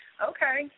Okay